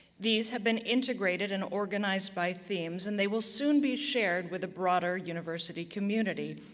these have been integrated and organized by themes, and they will soon be shared with the broader university community,